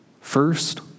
first